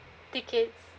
tickets